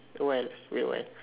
awhile wait awhile